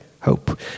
hope